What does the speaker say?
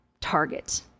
target